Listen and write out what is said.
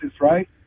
right